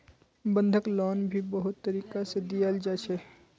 बंधक लोन भी बहुत तरीका से दियाल जा छे